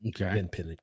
Okay